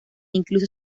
incluso